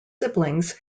siblings